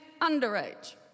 underage